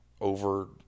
over